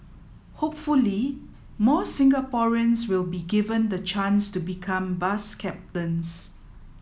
hopefully more Singaporeans will be given the chance to become bus captains